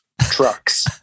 trucks